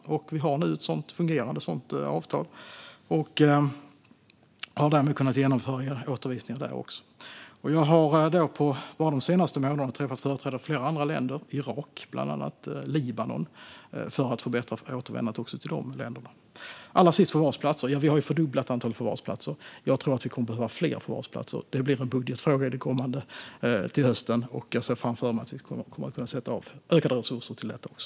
Vi har nu ett fungerande sådant avtal och har därmed kunnat genomföra återvändande där också. Jag har bara under de senaste månaderna träffat företrädare för flera andra länder, bland annat Irak och Libanon, för att förbättra återvändandet också till de länderna. Allra sist gäller det förvarsplatser. Ja, vi har fördubblat antalet förvarsplatser. Jag tror att vi kommer att behöva fler förvarsplatser. Det blir en budgetfråga till hösten, och jag ser framför mig att vi kommer att kunna sätta av ökade resurser till detta också.